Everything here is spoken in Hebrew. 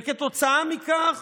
וכתוצאה מכך